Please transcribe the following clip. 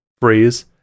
phrase